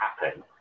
happen